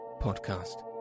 podcast